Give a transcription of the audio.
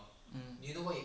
um